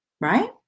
right